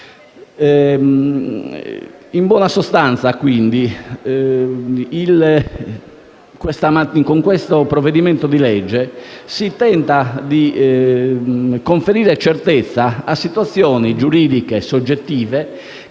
In buona sostanza, quindi, con il provvedimento in esame si tenta di conferire certezza a situazioni giuridiche soggettive che